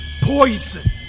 poison